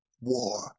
war